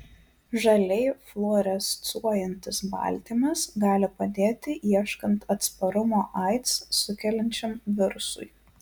žaliai fluorescuojantis baltymas gali padėti ieškant atsparumo aids sukeliančiam virusui